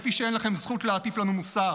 כפי שאין לכם זכות להטיף לנו מוסר.